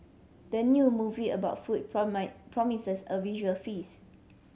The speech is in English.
the new movie about food promises a visual feast